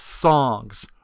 songs